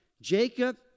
Jacob